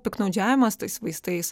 piktnaudžiavimas tais vaistais